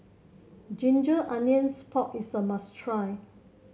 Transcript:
Ginger Onions Pork is a must try